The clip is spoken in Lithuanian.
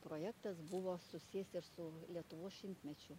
projektas buvo susijęs ir su lietuvos šimtmečiu